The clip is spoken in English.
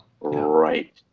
Right